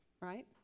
Right